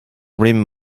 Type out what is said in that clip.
rim